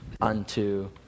unto